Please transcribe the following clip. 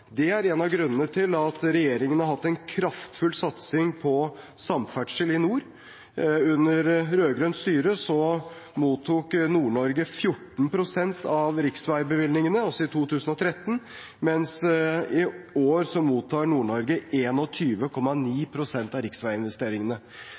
Det er en av grunnene til at regjeringen har hatt en kraftfull satsing på samferdsel i nord. Under rød-grønt styre mottok Nord-Norge 14 pst. av riksveibevilgningene – altså i 2013 – mens i år mottar